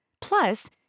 Plus